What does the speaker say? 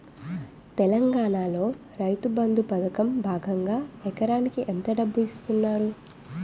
తెలంగాణలో రైతుబంధు పథకం భాగంగా ఎకరానికి ఎంత డబ్బు ఇస్తున్నారు?